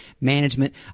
management